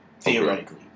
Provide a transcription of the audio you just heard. theoretically